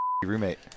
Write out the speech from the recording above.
roommate